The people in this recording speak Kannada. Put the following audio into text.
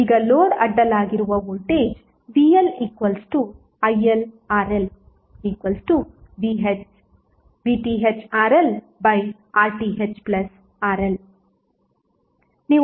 ಈಗ ಲೋಡ್ ಅಡ್ಡಲಾಗಿರುವ ವೋಲ್ಟೇಜ್VLILRLVThRL RThRL